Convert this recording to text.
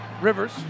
Rivers